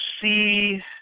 see